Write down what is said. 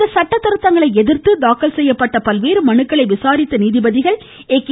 இந்த சட்டதிருத்தங்களை எதிர்த்து தாக்கல் செய்யப்பட்ட பல்வேறு மனுக்களை விசாரித்த நீதிபதிகள் யு